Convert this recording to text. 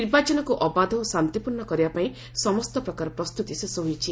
ନିର୍ବାଚନକୁ ଅବାଧ ଓ ଶାନ୍ତିପୂର୍ଣ୍ଣ କରିବା ପାଇଁ ସମସ୍ତ ପ୍ରକାର ପ୍ରସ୍ତୁତି ଶେଷ ହୋଇଛି